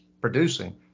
producing